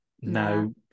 no